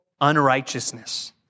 unrighteousness